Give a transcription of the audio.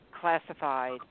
classified